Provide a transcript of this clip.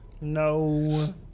no